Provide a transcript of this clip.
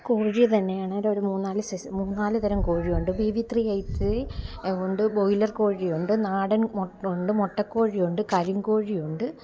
കോഴി തന്നെയാണേലൊരു മൂന്നാല് സൈസ് മൂന്നാല് തരം കോഴിയുണ്ട് B V three eight three ഉണ്ട് ബ്രോയിലര് കോഴിയുണ്ട് നാടന് മൊ ഉണ്ട് മുട്ടക്കോഴി ഉണ്ട് കരിങ്കോഴി ഉണ്ട്